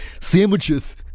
sandwiches